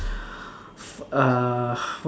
uh